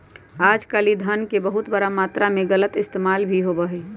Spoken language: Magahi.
आजकल ई धन के बहुत बड़ा मात्रा में गलत इस्तेमाल भी होबा हई